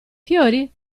fiori